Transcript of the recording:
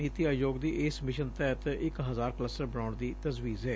ਨੀਤੀ ਆਯੋਗ ਦੀ ਇਸ ਮਿਸ਼ਨ ਤਹਿਤ ਇਕ ਹਜ਼ਾਰ ਕਲਸਟਰ ਬਣਾਉਣ ਦੀ ਤਜਵੀਜ਼ ਏ